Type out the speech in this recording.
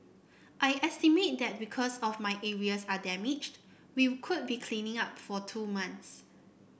I estimate that because of my areas are damaged we could be cleaning up for two months